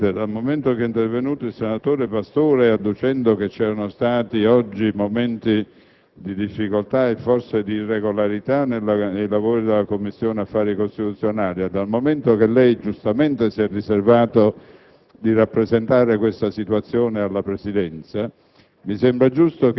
Presidente, dal momento che è intervenuto il senatore Pastore adducendo che vi erano stati oggi momenti di difficoltà e forse di irregolarità nei lavori della Commissione affari costituzionali e dal momento che lei giustamente si è riservato di rappresentare questa situazione alla Presidenza,